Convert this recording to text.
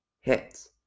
hits